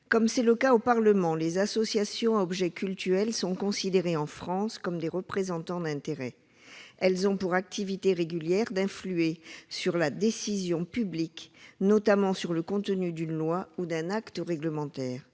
Comme c'est le cas au Parlement européen, les associations à objet cultuel sont considérées en France comme des représentants d'intérêts : elles ont « pour activité régulière d'influer sur la décision publique, notamment sur le contenu d'une loi ou d'un acte réglementaire